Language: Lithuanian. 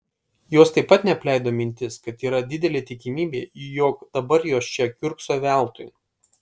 jos taip pat neapleido mintis kad yra didelė tikimybė jog dabar jos čia kiurkso veltui